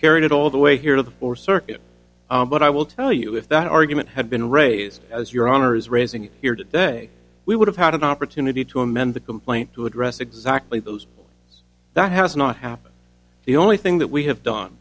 carried it all the way here to the floor circuit but i will tell you if that argument had been raised as your honor is raising here today we would have had an opportunity to amend the complaint to address exactly those that has not happened the only thing that we have done